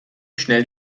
schnell